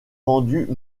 vendues